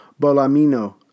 Bolamino